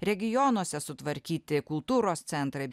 regionuose sutvarkyti kultūros centrai